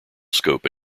scope